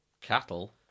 Cattle